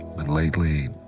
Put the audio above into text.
but lately,